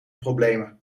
problemen